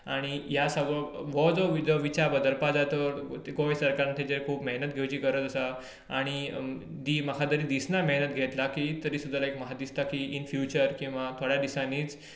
आनी ह्या सगळो हो जो विचार बदलपाक जाय तो गोंय सरकारान ताजेर खूब मेहनत घेवची गरज आसा आनी म्हाका तरी दिसना मेहनत घेतल्या की तरी सुद्दां लायक म्हाका दिसता की इन फ्युचर किंवा थोड्या दिसांंनी